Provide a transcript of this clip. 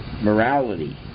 morality